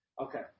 Okay